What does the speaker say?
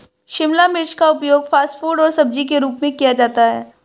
शिमला मिर्च का उपयोग फ़ास्ट फ़ूड और सब्जी के रूप में किया जाता है